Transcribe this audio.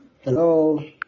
Hello